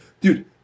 Dude